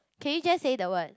can you just say the word